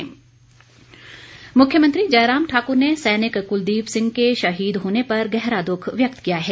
शहीद मुख्यमंत्री जयराम ठाकुर ने सैनिक कुलदीप सिंह के शहीद होने पर गहरा दुख व्यक्त किया है